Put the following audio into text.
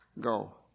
go